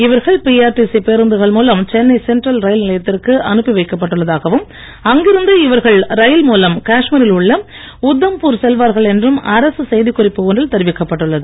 இவர்கள் பிஆர்டிசி பேருந்துகள் மூலம் சென்னை சென்டரல் ரயில் நிலையத்திற்கு அனுப்பி வைக்கப் பட்டுள்ளதாகவும் அங்கிருந்து இவர்கள் ரயில் மூலம் காஷ்மீரில் உள்ள உத்தம்பூர் செல்வார்கள் என்றும் அரசு செய்தி குறிப்பு ஒன்றில் தெரிவிக்கப்பட்டுள்ளது